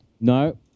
No